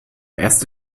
erste